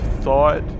thought